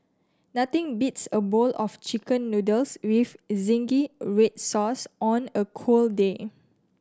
nothing beats a bowl of Chicken Noodles with zingy red sauce on a cold day